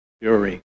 fury